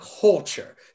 culture